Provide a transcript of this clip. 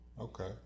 Okay